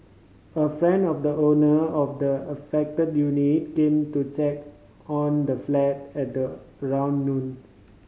a friend of the owner of the affected unit game to check on the flat at around noon